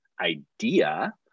idea